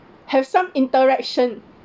have some interaction